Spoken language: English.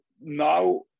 now